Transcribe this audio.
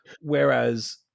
Whereas